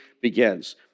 begins